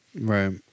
Right